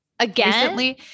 Again